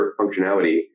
functionality